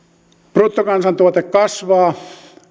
bruttokansantuote kasvaa ei